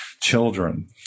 children